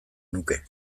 nuke